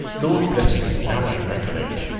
lord bless me! now i recollect,